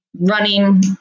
running